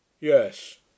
Yes